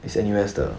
it's N_U_S 的